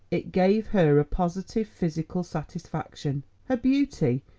it gave her a positive physical satisfaction her beauty,